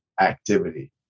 activity